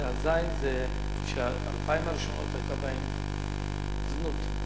ז' שבאלפיים הראשונות היתה בהן זנות,